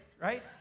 right